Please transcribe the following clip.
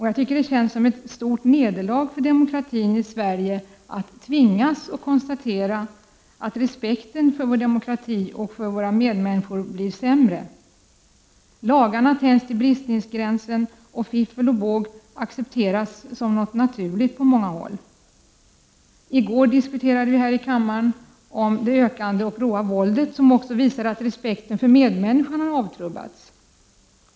Jag tycker att det känns som ett stort nederlag för demokratin i Sverige att man tvingas konstatera att respekten för vår demokrati och för våra medmänniskor blir sämre. Lagarna tänjs till bristningsgränsen, och fiffel och båg accepteras som något naturligt på många håll. I går diskuterade vi här i kammaren det ökande och råa våldet, som också visar att respekten för medmänniskor avtrubbats.